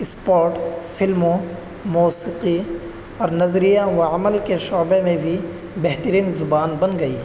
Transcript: sport فلموں موسیقی اور نظریہ و عمل کے شعبے میں بھی بہترین زبان بن گئی